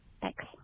thanks